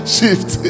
Shift